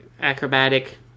acrobatic